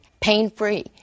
pain-free